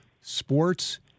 sports